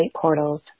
portals